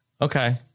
Okay